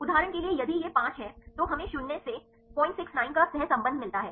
उदाहरण के लिए यदि यह 5 है तो हमें शून्य से 069 का सहसंबंध मिलता है